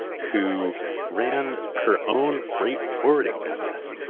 who ran her own freight forwarding business.